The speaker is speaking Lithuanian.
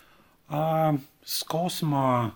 a skausmo